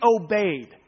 obeyed